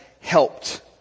helped